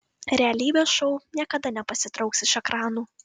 realybės šou niekada nepasitrauks iš ekranų